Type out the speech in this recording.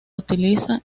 utiliza